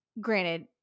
granted